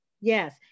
yes